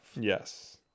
Yes